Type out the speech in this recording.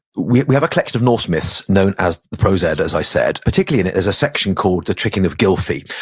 we we have a collection of norse myths known as the prose edda as i said, particularly in it there's a section called the tricking of gylfi.